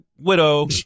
Widow